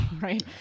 right